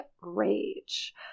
rage